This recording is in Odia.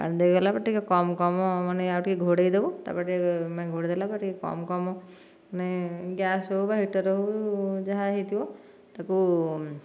ପାଣି ଦେଇ ଦେଲା ପରେ ଟିକିଏ କମ କମ ମାନେ ଆଉ ଟିକିଏ ଘୋଡ଼େଇଦେବୁ ତାପରେ ଟିକିଏ ମାନେ ଘୋଡ଼େଇ ଦେଲା ପରେ ଟିକିଏ କମ କମ ମାନେ ଗ୍ୟାସ୍ ହେଉ ବା ହିଟର ହେଉ ଯାହା ହୋଇଥିବ ତାକୁ